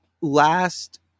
last